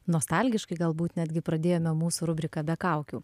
nostalgiškai galbūt netgi pradėjome mūsų rubriką be kaukių